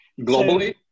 Globally